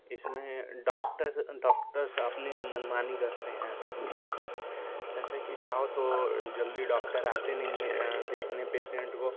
इसमें doctors doctors अपनी मनमानी करते हैं जैसे कि जाओ तो जल्दी डॉक्टर आते नही हें देखने पेसेन्ट को